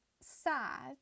sad